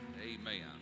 Amen